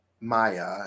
Maya